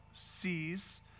sees